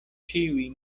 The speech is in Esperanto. ĉiuj